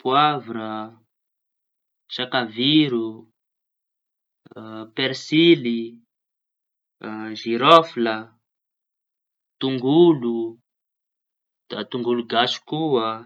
Poavra, sakaviro, a persily, da zirôfla, tongolo da tongolo gasy koa.